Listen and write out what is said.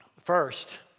First